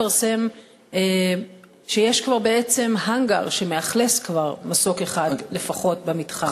התפרסם שיש כבר בעצם האנגר שמאכלס כבר מסוק אחד לפחות במתחם,